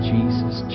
Jesus